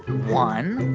one,